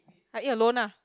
I ate alone lah